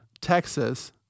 Texas